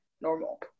normal